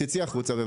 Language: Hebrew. צאי החוצה.